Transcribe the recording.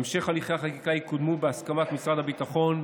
המשך הליכי החקיקה יקודם בהסכמת משרד הביטחון,